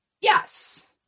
Yes